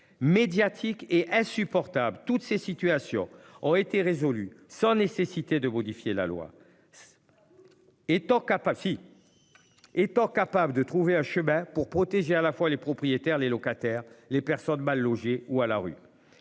médiatique et insupportable. Toutes ces situations ont été résolus, sans nécessité de modifier la loi. Étant. Capacité. Étant capable de trouver un chemin pour protéger à la fois les propriétaires les locataires les personnes mal logées ou à la rue.